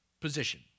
position